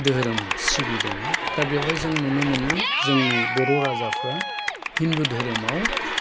दोहोरोम सिबिदोंमोन दा बेवहाय जों नुनो मोनो जोंनि बर' राजा फ्रा हिन्दु धोरोमाव